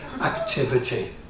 activity